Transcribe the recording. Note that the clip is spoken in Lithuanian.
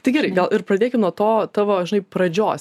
tai gerai gal ir pradėkim nuo to tavo žinai pradžios